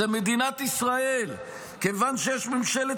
יושבת-ראש מרצ, אמרה ב-2004: "יש נשיא סורי,